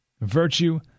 Virtue